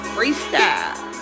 Freestyle